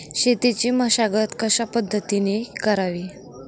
शेतीची मशागत कशापद्धतीने करावी?